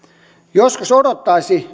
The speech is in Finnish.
joskus odottaisi